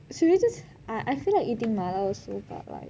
so should we just I I feel like eating mala also but like